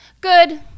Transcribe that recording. Good